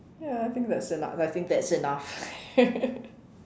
ya I think that's enough I think that's enough